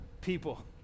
people